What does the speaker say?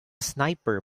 sniper